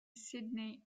sydney